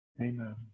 Amen